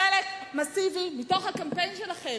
זה חלק מסיבי מהקמפיין שלכם.